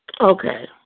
Okay